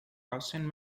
gaussian